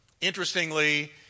interestingly